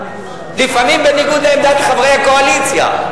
לפעמים בניגוד לעמדת חברי הקואליציה.